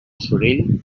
sorell